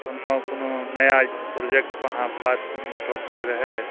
कोनो ने कोनो नया ई प्रोजेक्टपर अहाँ पास कोनो टॉपिक रहै